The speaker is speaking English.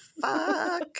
fuck